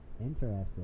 interesting